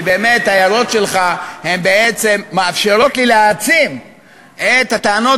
כי באמת ההערות שלך בעצם מאפשרות לי להעצים את הטענות